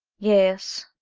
yes,